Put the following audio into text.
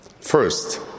First